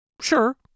sure